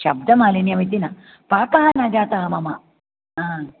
शब्दमालिन्यम् इति न पाकः न जातः मम आ